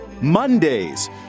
Mondays